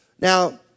Now